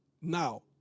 Now